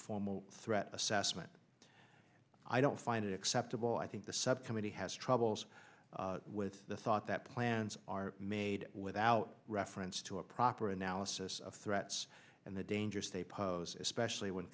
formal threat assessment i don't find it acceptable i think the subcommittee has troubles with the thought that plans are made without reference to a proper analysis of threats and the dangers they pose especially when